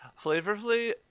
Flavorfully